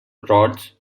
rods